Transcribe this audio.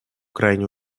крайне